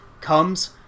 comes